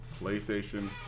PlayStation